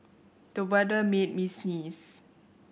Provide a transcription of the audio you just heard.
the weather made me sneeze